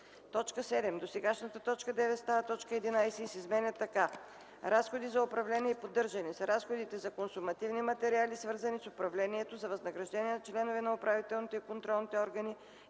7. Досегашната т. 9 става т. 11 и се изменя така: „11. „Разходи за управление и поддържане” са разходите за консумативни материали, свързани с управлението, за възнаграждения на членовете на управителните и контролните органи